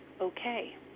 okay